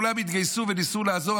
כולם התגייסו וניסו לעזור,